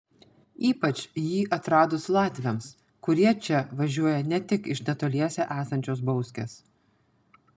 ypač jį atradus latviams kurie čia važiuoja ne tik iš netoliese esančios bauskės